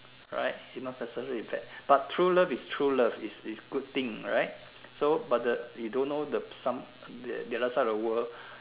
right it not necessary is bad but true love is true love is is good thing right so but the you don't know the some the other side of the world